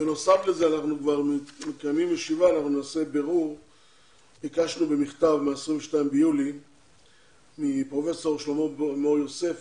בנוסף לזה ביקשנו במכתב מה-22 ביולי מפרופ' שלמה מור-יוסף